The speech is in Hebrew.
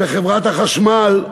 בחברת החשמל,